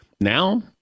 Now